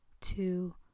two